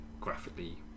graphically